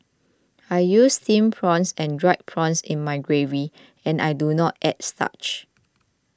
I use Steamed Prawns and Dried Prawns in my gravy and I do not add starch